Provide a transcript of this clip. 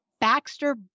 Baxter